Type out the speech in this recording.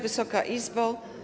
Wysoka Izbo!